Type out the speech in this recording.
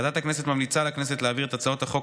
ועדת הכנסת ממליצה לכנסת להעביר את הצעות החוק